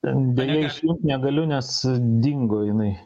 deja įsijungt negaliu nes dingo jinai